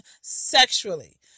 sexually